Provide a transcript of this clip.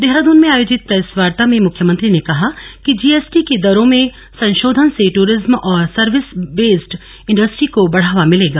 देहरादून में आयोजित प्रेस वार्ता में मुख्यमंत्री ने कहा किजीएसटी की दरों में संशोधन से दूरिज्म और सर्विस बेस्ड इंडेस्ट्री को बढ़ावा भिलेगा